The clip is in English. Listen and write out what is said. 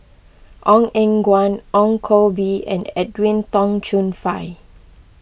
Ong Eng Guan Ong Koh Bee and Edwin Tong Chun Fai